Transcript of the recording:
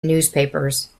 newspapers